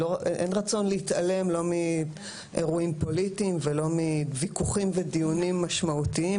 אין רצון להתעלם לא מאירועים פוליטיים ולא מוויכוחים ודיונים משמעותיים,